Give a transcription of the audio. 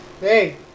Hey